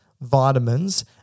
vitamins